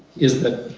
is that.